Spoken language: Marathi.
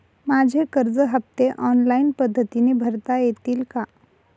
माझे कर्ज हफ्ते ऑनलाईन पद्धतीने भरता येतील का?